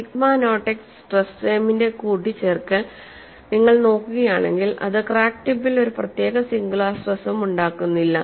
sigma naught x stress ടേമിന്റെ കൂട്ടിച്ചേർക്കൽ നിങ്ങൾ നോക്കുകയാണെങ്കിൽ ഇത് ക്രാക്ക് ടിപ്പിൽ ഒരു പ്രത്യേക സിംഗുലാർ സ്ട്രെസും ഉണ്ടാക്കുന്നില്ല